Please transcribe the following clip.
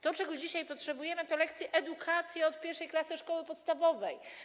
To, czego dzisiaj potrzebujemy, to lekcje, edukacja od I klasy szkoły podstawowej.